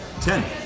Ten